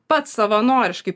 pats savanoriškai